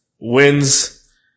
wins